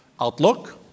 outlook